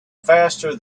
faster